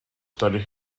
started